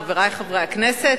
חברי חברי הכנסת,